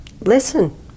listen